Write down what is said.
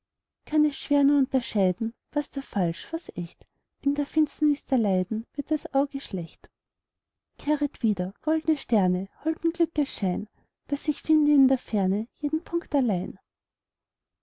kann es schwer nur unterscheiden was da falsch was echt in der finsternis der leiden wird das auge schlecht kehret wieder gold'ne sterne holden glückes schein daß ich finde in der ferne jeden punkt allein